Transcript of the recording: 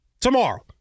tomorrow